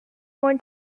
born